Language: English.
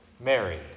Mary